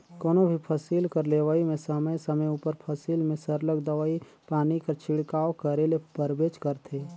कोनो भी फसिल कर लेवई में समे समे उपर फसिल में सरलग दवई पानी कर छिड़काव करे ले परबेच करथे